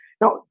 Now